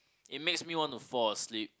it makes me want to fall asleep